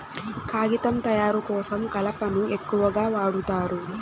కాగితం తయారు కోసం కలపను ఎక్కువగా వాడుతారు